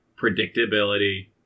predictability